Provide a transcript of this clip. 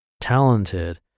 talented